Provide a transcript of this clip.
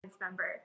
member